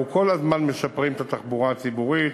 אנחנו כל הזמן משפרים את התחבורה הציבורית